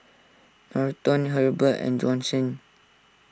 Norton Hebert and Johnson